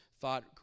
thought